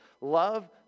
Love